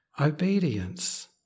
Obedience